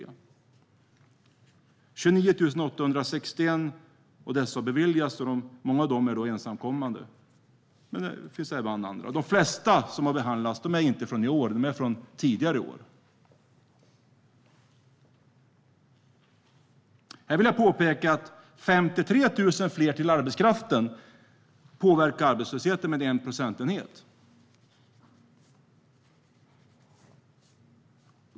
Av dem har 29 861 beviljats. Många av dem som beviljats asyl är ensamkommande, men det finns även andra. De flesta ansökningar som har behandlats är inte från i år utan från tidigare år. Jag vill påpeka att 53 000 fler till arbetskraften påverkar arbetslösheten med 1 procentenhet.